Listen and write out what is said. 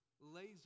laser